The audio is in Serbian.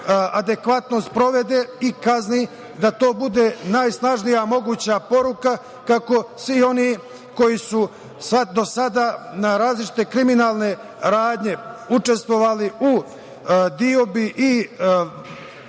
adekvatno sprovede i kazni da to bude najsnažnija moguća poruka kako svi oni koji su do sada na različite kriminalne radnje učestvovali u deobi